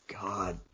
God